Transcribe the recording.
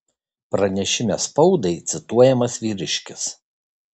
pranešime spaudai cituojamas vyriškis